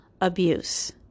abuse